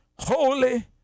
holy